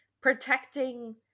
protecting